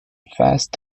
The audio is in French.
phase